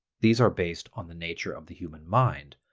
these are based on the nature of the human mind,